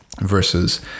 versus